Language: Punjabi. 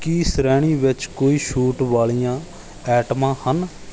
ਕੀ ਸ਼੍ਰੇਣੀ ਵਿੱਚ ਕੋਈ ਛੂਟ ਵਾਲੀਆਂ ਆਈਟਮਾਂ ਹਨ